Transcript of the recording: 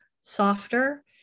softer